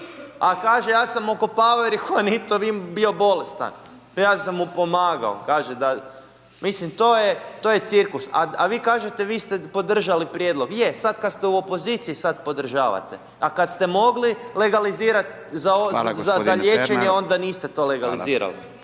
A kaže ja sam okopavao jer je Juanito bio bolestan pa ja sam mu pomagao, mislim to je, to je cirkus a vi kažete vi ste podržali prijedlog, je, sad kad ste u opoziciji, sad podržavate a kad ste mogli legalizirati za liječenje onda niste to legalizirali.